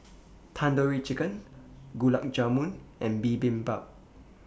Tandoori Chicken Gulab Jamun and Bibimbap